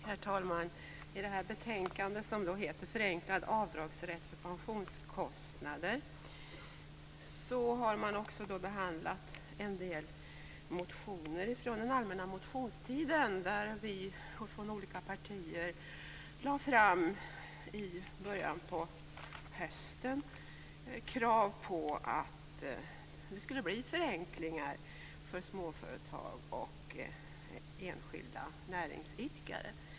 Herr talman! I detta betänkande Förenklad avdragsrätt för pensionskostnader har man behandlat en del motioner från den allmänna motionstiden som vi från olika partier väckte i början på hösten med krav på förenklingar för småföretag och enskilda näringsidkare.